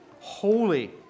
holy